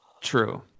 True